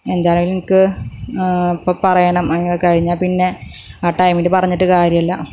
എന്തായാലും എനിക്ക് ഇപ്പോൾ പറയണം കഴിഞ്ഞാൽ പിന്നെ ആ ടൈമിൽ പറഞ്ഞിട്ട് കാര്യമില്ല